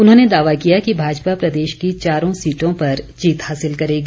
उन्होंने दावा किया कि भाजपा प्रदेश की चारों सीटों पर जीत हासिल करेगी